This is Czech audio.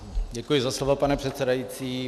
Děkuji za slovo, pane předsedající.